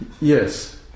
Yes